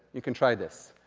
you can try this.